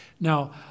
Now